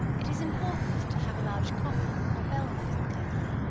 it is important to have a large copper or bell-metal kettle,